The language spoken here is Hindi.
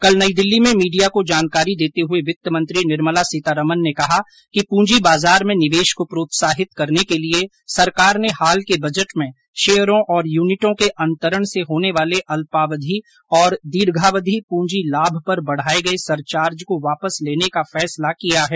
कल नई दिल्ली में मीडिया को जानकारी देते हुए वित्त मंत्री निर्मला सीतारामन ने कहा कि पूंजी बाजार में निवेश को प्रोत्साहित करने के लिए सरकार ने हाल के बजट में शेयरों और युनिटों के अंतरण से होने वाले अल्पावधि और दीर्घावधि पृंजी लाभ पर बढ़ाए गए सरचार्ज को वापस लेने का फैसला किया है